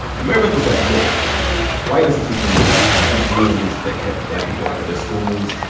and marybeth was like, look white institutions had rules that kept black people out of their schools.